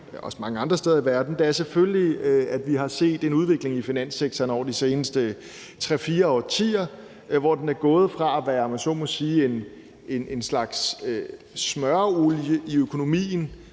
og også mange andre steder i verden, der ønsker det her, er selvfølgelig, at vi har set en udvikling i finanssektoren over de seneste tre-fire årtier. Den er gået fra at være, om man så må sige, en slags smøreolie i økonomien,